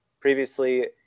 previously